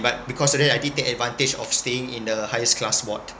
but because of that I did take advantage of staying in the highest class ward